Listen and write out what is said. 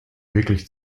wirklich